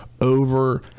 over